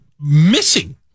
missing